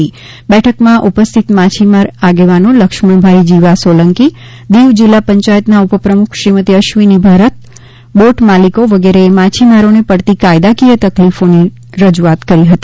આ બેઠકમાં ઉપસ્થિત માછીમાર આગેવાનો લક્ષ્મણભાઈ જીવા સોલંકી દીવ જિલ્લા પંચાયતના ઉપપ્રમુખ શ્રીમતી અશ્વિની ભરત બોટ માલિકો વગેરે એ માછીમારોને પડતી કાયદાકીય તકલીફોની રજૂઆત કરી હતી